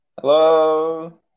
Hello